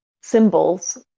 symbols